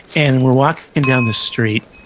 and we're walking and down the street,